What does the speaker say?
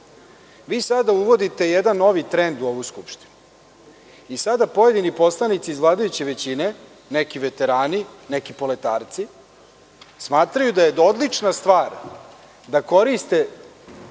sada uvodite jedan novi trend u Skupštini i sada pojedini poslanici iz vladajuće većine, neki veterani, neki poletarci smatraju da je odlična stvar da koriste